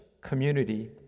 community